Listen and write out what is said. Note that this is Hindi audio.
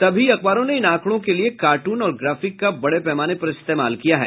सभी अखबारों ने इन आंकड़ों के लिए कार्टून और ग्राफिक का बड़े पैमाने पर इस्तेमाल किया है